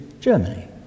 Germany